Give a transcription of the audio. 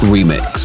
Remix